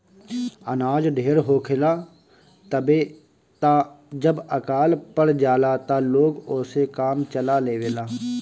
अनाज ढेर होखेला तबे त जब अकाल पड़ जाला त लोग ओसे काम चला लेवेला